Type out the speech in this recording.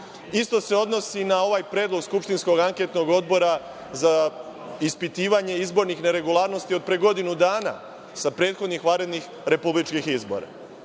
se odnosi na ovaj predlog skupštinskog anketnog odbora za ispitivanje izbornih neregularnosti od pre godinu dana sa prethodnih vanrednih republičkih izbora.